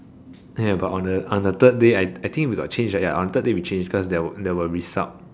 ya but on the on the third day I think we got change ya on the third day we change cause there were there were resupp